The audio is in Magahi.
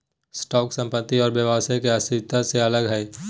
स्टॉक संपत्ति और व्यवसाय के अस्तित्व से अलग हइ